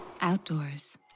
Outdoors